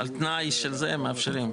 התנאי של זה, מאפשרים.